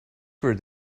for